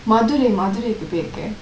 madurai madurai பேயிருக்கேன்:peyruken